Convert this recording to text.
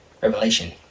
Revelation